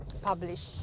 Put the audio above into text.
publish